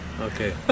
Okay